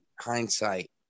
hindsight